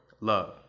love